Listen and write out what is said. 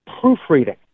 proofreading